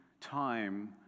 time